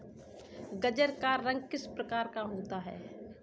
गाजर का रंग किस प्रकार का होता है?